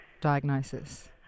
diagnosis